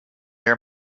near